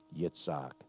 Yitzhak